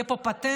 יהיה פה פטנט.